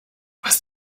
was